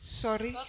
sorry